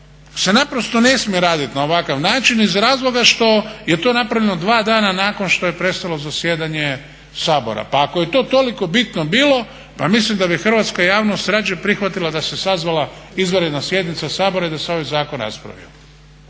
se naprosto ne smije raditi na ovakav način iz razloga što je to napravljeno 2 dana nakon što je prestalo zasjedanje Sabora. Pa ako je to toliko bitno bilo, pa mislim da bi hrvatska javnost rađe prihvatila da se sazvala izvanredna sjednica Sabora i da se ovaj zakon raspravio.